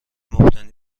مبتنی